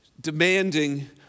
demanding